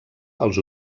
els